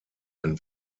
ein